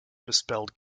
misspelled